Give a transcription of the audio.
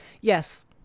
yes